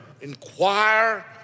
inquire